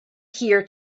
here